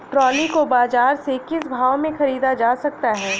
Trolley को बाजार से किस भाव में ख़रीदा जा सकता है?